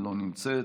לא נמצאת,